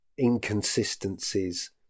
inconsistencies